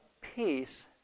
peace